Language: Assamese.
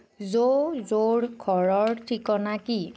জ' জ'ৰ ঘৰৰ ঠিকনা কি